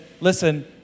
listen